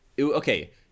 okay